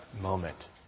moment